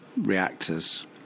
reactors